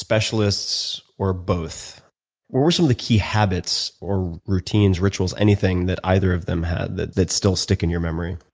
specialists, or both? what were some of the key habits or routines, rituals, anything that either of them had that that still stick in your memory?